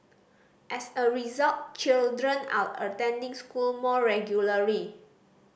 as a result children are attending school more regularly